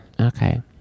Okay